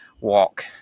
walk